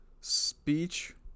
speech